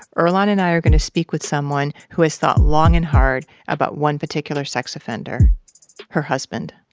earlonne and i are going to speak with someone who has thought long and hard about one particular sex offender her husband